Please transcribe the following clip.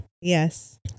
yes